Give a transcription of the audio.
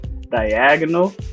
diagonal